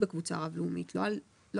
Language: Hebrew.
זו יחידה